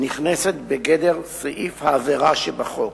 נכנסת בגדר סעיף העבירה שבחוק.